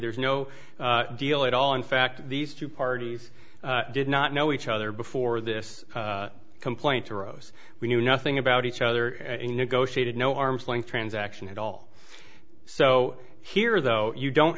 there's no deal at all in fact these two parties did not know each other before this complaint arose we knew nothing about each other and negotiated no arms length transaction at all so here though you don't